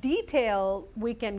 detail we can